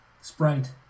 Sprite